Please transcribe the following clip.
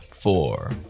Four